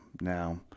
Now